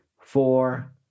four